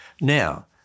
Now